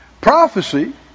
Prophecy